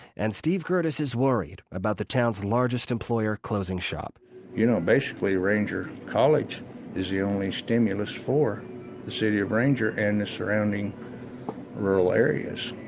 and steve gerdes is worried about the town's largest employer closing shop you know, basically ranger college is the only stimulus for the city of ranger and the surrounding rural areas.